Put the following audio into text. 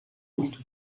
und